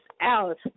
out